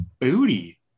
booty